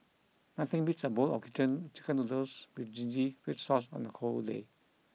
nothing beats a bowl of kitchen chicken noodles with zingy red sauce on the cold day